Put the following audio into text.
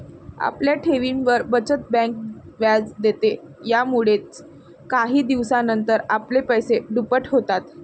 आपल्या ठेवींवर, बचत बँक व्याज देते, यामुळेच काही दिवसानंतर आपले पैसे दुप्पट होतात